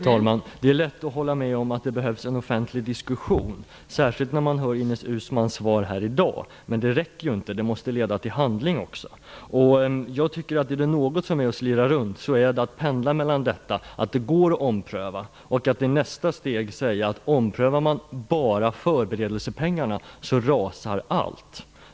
Fru talman! Det är lätt att hålla med om att det behövs en offentlig diskussion - särskilt när man har hört Ines Uusmanns svar här i dag. Men det räcker inte. Det måste leda till handling också. Om det är något som är att slira så är det att pendla mellan åsikten att det går att ompröva och uttalanden om att om man bara omprövar förberedelsepengarna så rasar allt.